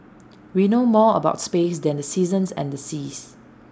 we know more about space than the seasons and the seas